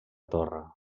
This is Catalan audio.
torre